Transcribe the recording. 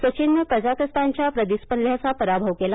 सचिननं कझाखस्तानच्या प्रतिस्पर्ध्याचा पराभव केला